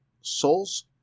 Souls